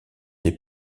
des